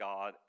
God